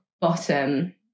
bottom